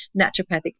naturopathic